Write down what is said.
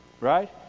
Right